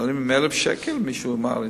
משלמים על זה 1,000 שקל, מישהו אמר לי.